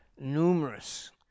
numerous